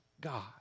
god